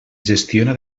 gestiona